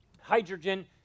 hydrogen